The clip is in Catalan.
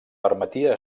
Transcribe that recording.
permetia